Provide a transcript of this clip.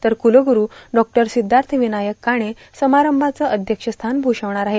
तर कुलगुरू डॉ सिद्धार्थविनायक काणे समारंभाचं अध्यक्षस्थान भूषवणार आहेत